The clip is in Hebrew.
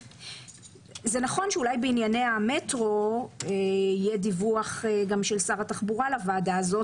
זה נכון שאולי בענייני המטרו יהיה דיווח גם של שר התחבורה לוועדה הזו,